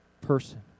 person